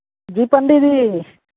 जी Pandit जी